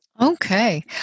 Okay